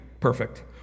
perfect